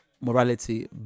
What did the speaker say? morality